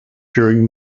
during